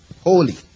Holy